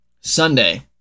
Sunday